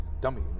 dummy